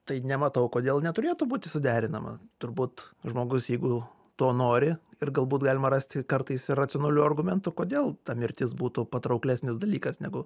tai nematau kodėl neturėtų būti suderinama turbūt žmogus jeigu to nori ir galbūt galima rasti kartais ir racionalių argumentų kodėl ta mirtis būtų patrauklesnis dalykas negu